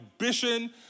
ambition